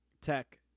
tech